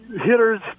hitters